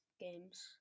games